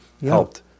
helped